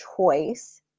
choice